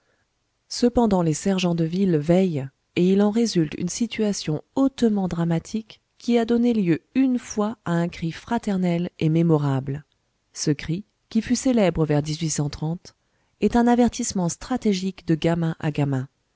cependant les sergents de ville veillent et il en résulte une situation hautement dramatique qui a donné lieu une fois à un cri fraternel et mémorable ce cri qui fut célèbre vers est un avertissement stratégique de gamin à gamin